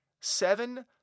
seven